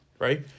Right